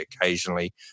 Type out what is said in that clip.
occasionally